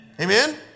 Amen